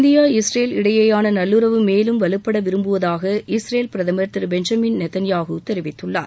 India Israel இடையேயான நல்லுறவு மேலும் வலுப்பட விரும்புவதாக இஸ்ரேல் பிரதமர் திரு பெஞ்சமின் நெத்தன்யாகூ தெரிவிததுள்ளார்